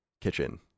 kitchen